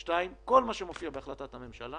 השני, כל מה שמופיע בהחלטת הממשלה